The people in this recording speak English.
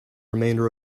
remainder